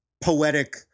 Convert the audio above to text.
poetic